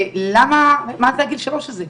מה זה הגיל שלוש הזה?